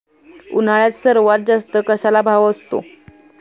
उन्हाळ्यात सर्वात जास्त कशाला भाव असतो?